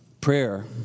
Prayer